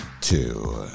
two